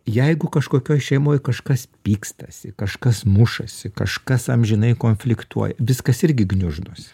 jeigu kažkokioj šeimoj kažkas pykstasi kažkas mušasi kažkas amžinai konfliktuoja viskas irgi gniuždosi